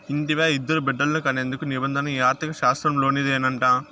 ఇంటివా, ఇద్దరు బిడ్డల్ని కనేందుకు నిబంధన ఈ ఆర్థిక శాస్త్రంలోనిదేనంట